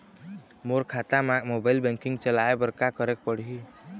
मोर खाता मा mobile banking चलाए बर का करेक पड़ही?